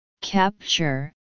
capture